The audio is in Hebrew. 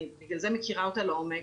בגלל זה אני מכירה אותה לעומק,